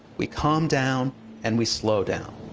we calm down and we slow down.